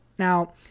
Now